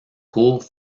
cours